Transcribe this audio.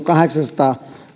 kahdeksansataa